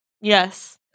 Yes